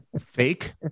fake